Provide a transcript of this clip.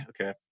Okay